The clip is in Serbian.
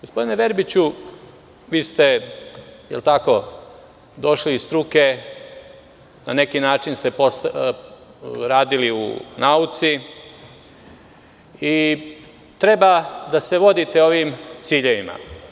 Gospodine Verbiću, vi ste došli iz struke, na neki način ste radili u nauci i treba da se vodite ovim ciljevima.